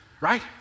right